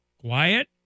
Quiet